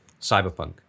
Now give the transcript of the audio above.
Cyberpunk